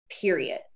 period